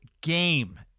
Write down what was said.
game